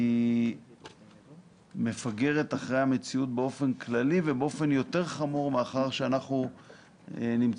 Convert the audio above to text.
היא מפגרת אחרי המציאות באופן כללי ובאופן יותר חמור מאחר שאנחנו נמצאים